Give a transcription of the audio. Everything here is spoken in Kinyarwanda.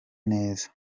neza